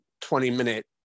20-minute